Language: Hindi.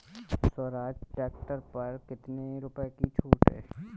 स्वराज ट्रैक्टर पर कितनी रुपये की छूट है?